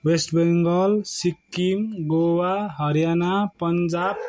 West Bengal Sikkim Goa Haryana Punjab